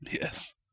Yes